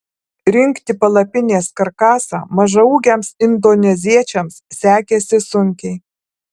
rinkti palapinės karkasą mažaūgiams indoneziečiams sekėsi sunkiai